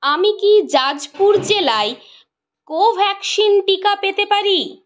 আমি কি জাজপুর জেলায় কোভ্যাক্সিন টিকা পেতে পারি